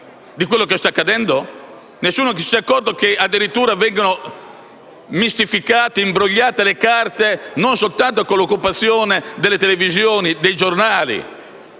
nessuno si sia accorto che addirittura vengono imbrogliate le carte non soltanto con l'occupazione delle televisioni e dei giornali,